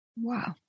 Wow